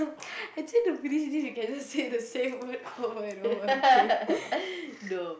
actually to finish this we can just say the same word over and over again